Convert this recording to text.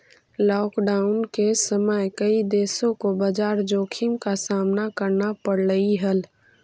lockdown के समय कई देशों को बाजार जोखिम का सामना करना पड़लई हल